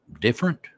different